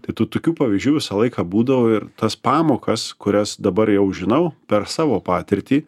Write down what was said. tai tų tokių pavyzdžių visą laiką būdavo ir tas pamokas kurias dabar jau žinau per savo patirtį